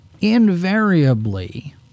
Invariably